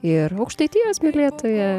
ir aukštaitijos mylėtoja